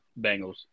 Bengals